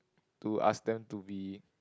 to ask them to be